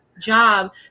job